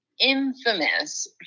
infamous